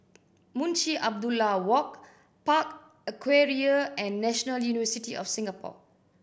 Munshi Abdullah Walk Park Aquaria and National University of Singapore